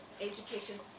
education